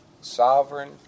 sovereign